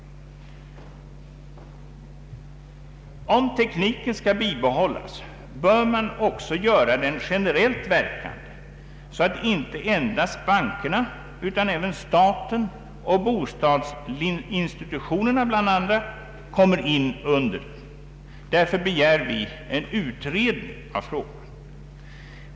Om tekniken skall bibehållas, bör man också göra den generellt verkande, så att inte endast bankerna utan även staten och = bostadslåneinstitutionerna kommer in under den. Därför begär vi en utredning av frågan.